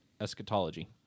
eschatology